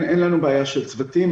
אין לנו בעיה של צוותים.